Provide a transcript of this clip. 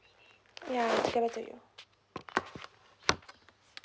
ya will get back to you